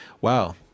wow